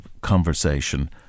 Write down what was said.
conversation